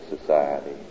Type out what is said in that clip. society